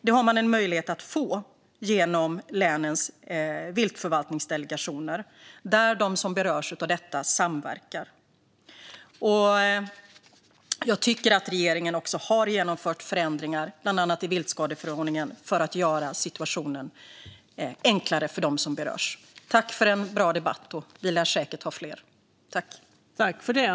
Det har man en möjlighet att få genom länens viltförvaltningsdelegationer, där de som berörs av detta samverkar. Jag tycker att regeringen har genomfört förändringar, bland annat i viltskadeförordningen, för att göra situationen enklare för dem som berörs. Tack för en bra debatt - vi lär säkert ha fler!